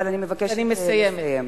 אבל אני מבקשת לסיים.